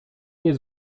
nie